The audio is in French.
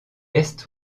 est